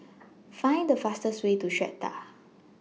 Find The fastest Way to Strata